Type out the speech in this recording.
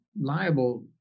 liable